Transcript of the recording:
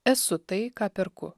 esu tai ką perku